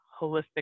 holistic